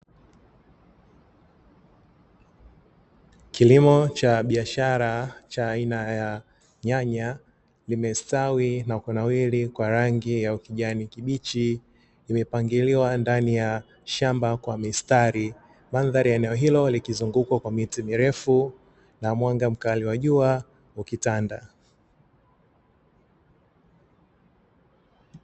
Kilimo cha biashara cha aina ya nyanya, zimestawi na kunawiri kwa rangi ya ukijani kibichi, zimepangiliwa ndani ya shamba kwa mistari. Mandhari ya eneo hilo likizungukwa kwa miti mirefu na mwanga mkali wa jua ukitanda.